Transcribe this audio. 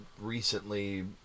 recently